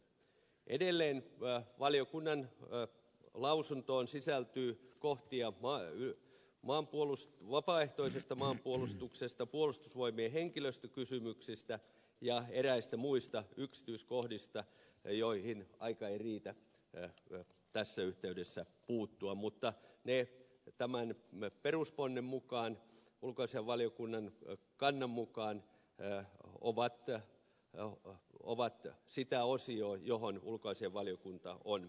edelleen valiokunnan lausuntoon sisältyy kohtia vapaaehtoisesta maanpuolustuksesta puolustusvoimien henkilöstökysymyksistä ja eräistä muista yksityiskohdista joihin puuttumiseen aika ei tässä yhteydessä riitä mutta ne tämän perusponnen mukaan ulkoasiainvaliokunnan kannan mukaan ovat sitä osiota johon ulkoasiainvaliokunta on